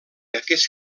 aquest